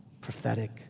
prophetic